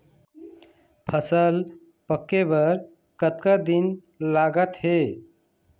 फसल पक्के बर कतना दिन लागत हे?